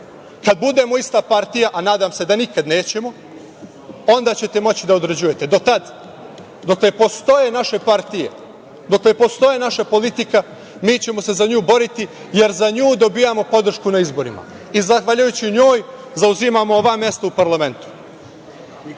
Kad budemo ista partija, a nadam se da nikada nećemo, onda ćete moći da određujete. Do tad, dokle postoje naše partije, dokle postoji naša politika mi ćemo se za nju boriti, jer za nju dobijamo podršku na izborima i zahvaljujući njoj zauzimamo ova mesta u parlamentu.